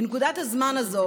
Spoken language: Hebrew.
בנקודת הזמן הזו,